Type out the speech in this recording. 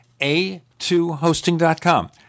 A2hosting.com